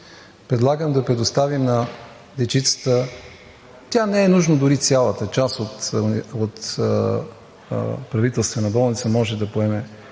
Предлагам да предоставим на дечицата – не е нужно дори цялата – част от Правителствена болница може да поеме